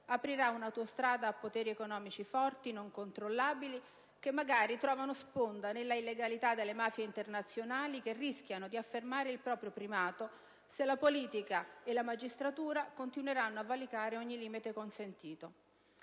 aprirà un'autostrada a poteri economici forti, non controllabili, che magari trovano sponda nella illegalità delle mafie internazionali, che rischiano di affermare il proprio primato se la politica e la magistratura continueranno a valicare ogni limite consentito.